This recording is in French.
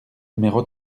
numéro